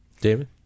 David